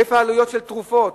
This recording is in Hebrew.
איפה העלויות של תרופות,